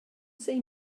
see